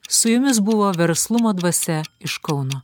su jumis buvo verslumo dvasia iš kauno